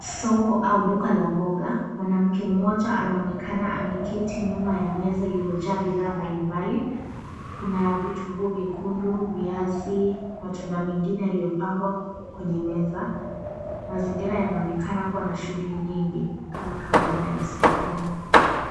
Soko au duka la mboga mwanamke mmoja anaonekana ameketi nyuma ya meza iliyojaa bidhaa mbali mbali kuna vitunguu vyekundu, viazi matunda mengine yaliyopangwa kwenye meza. Mazingira yanaonekana kuwa na shughuli nyingi kama kawaida ya sokoni.